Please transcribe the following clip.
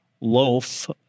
loaf